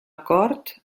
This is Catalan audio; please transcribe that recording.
cort